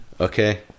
okay